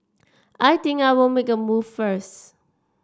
I think I'll make a move first